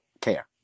care